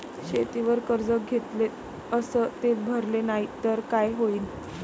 शेतीवर कर्ज घेतले अस ते भरले नाही तर काय होईन?